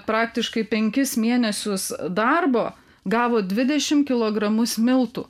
praktiškai penkis mėnesius darbo gavo dvidešim kilogramus miltų